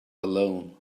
alone